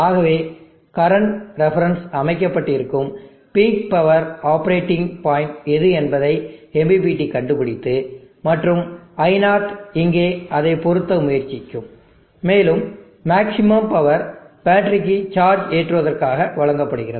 ஆகவே current reference அமைக்கப்பட்டிருக்கும் peak power operating point எது என்பதை MPPT கண்டுபிடித்து மற்றும் i0 இங்கே அதைப் பொருத்த முயற்சிக்கும் மேலும் மேக்ஸிமம் பவர் பேட்டரிக்கு சார்ஜ் ஏற்றுவதற்காக வழங்கப்படுகிறது